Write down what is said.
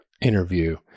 interview